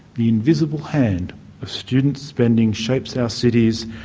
the invisible hand of student spending shapes our cities,